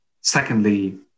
Secondly